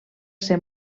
ser